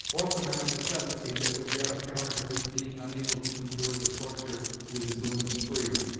or from any necessity that was yet apparent of his being unable to endure the torture with his limbs free,